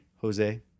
Jose